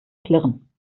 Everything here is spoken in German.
klirren